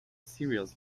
cereals